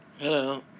Hello